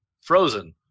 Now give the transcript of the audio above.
frozen